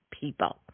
people